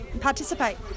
participate